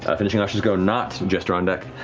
ah finishing yasha's go. nott. jester on deck.